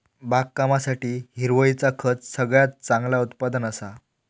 बागकामासाठी हिरवळीचा खत सगळ्यात चांगला उत्पादन असा